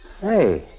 Hey